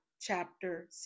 chapter